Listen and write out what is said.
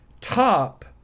top